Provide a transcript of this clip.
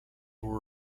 were